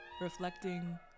reflecting